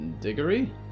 Diggory